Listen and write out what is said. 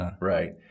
right